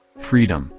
freedom,